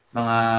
mga